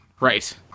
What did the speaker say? Right